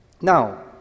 Now